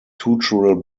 tutorial